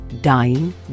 dying